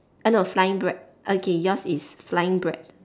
uh no flying bread okay yours is flying bread